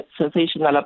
sensational